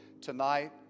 tonight